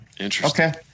Okay